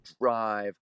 drive